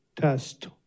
test